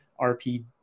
RP